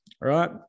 right